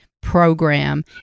Program